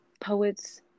Poets